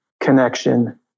connection